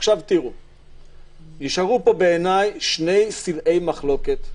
נשארו פה שני סלעי מחלוקת,